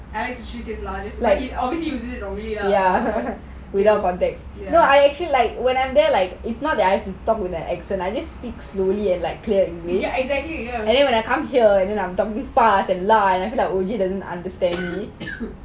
I always use it only ya exactly